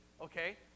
okay